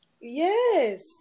Yes